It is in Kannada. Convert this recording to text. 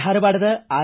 ಧಾರವಾಡದ ಆರ್